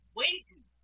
waiting